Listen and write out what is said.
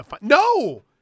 No